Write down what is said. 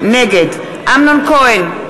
נגד אמנון כהן,